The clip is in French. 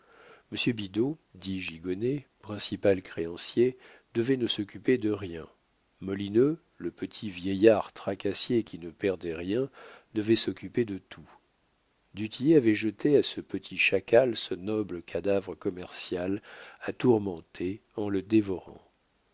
monsieur bidault dit gigonnet principal créancier devait ne s'occuper de rien molineux le petit vieillard tracassier qui ne perdait rien devait s'occuper de tout du tillet avait jeté à ce petit chacal ce noble cadavre commercial à tourmenter en le dévorant